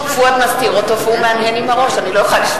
נגד